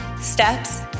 Steps